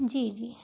जी जी